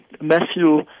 Matthew